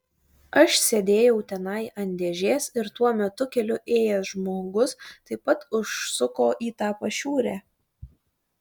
aš sėdėjau tenai ant dėžės ir tuo metu keliu ėjęs žmogus taip pat užsuko į tą pašiūrę